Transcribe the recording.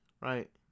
right